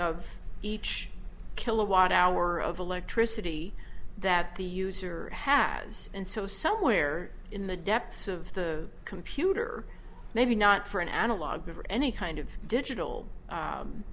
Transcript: of each kilowatt hour of electricity that the user has and so somewhere in the depths of the computer maybe not for an analog of any kind of digital